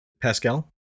Pascal